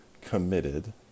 committed